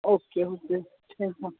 okay okay ठीकु आहे